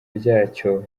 ryacyo